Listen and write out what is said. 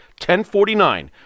1049